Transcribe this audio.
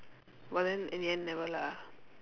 but then in the end never lah